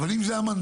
אבל אם זה המנדט,